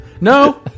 No